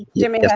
jimmy yeah